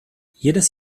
jedes